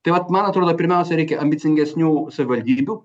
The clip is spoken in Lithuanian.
tai vat man atrodo pirmiausia reikia ambicingesnių savivaldybių